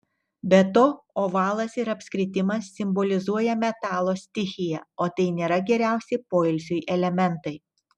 be to ovalas ir apskritimas simbolizuoja metalo stichiją o tai nėra geriausi poilsiui elementai